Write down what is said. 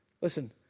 listen